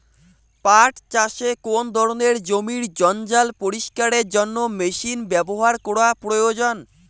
পাট চাষে কোন ধরনের জমির জঞ্জাল পরিষ্কারের জন্য মেশিন ব্যবহার করা প্রয়োজন?